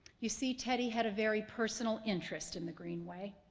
you see, teddy had a very personal interest in the greenway.